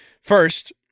first